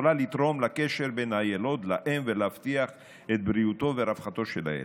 יכולה לתרום לקשר בין הילוד לאם ולהבטיח את בריאותו ורווחתו של הילד.